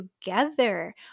together